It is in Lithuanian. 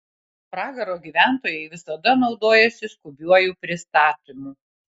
pragaro gyventojai visada naudojasi skubiuoju pristatymu